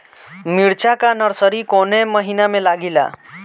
मिरचा का नर्सरी कौने महीना में लागिला?